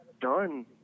done